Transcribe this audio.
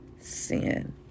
sin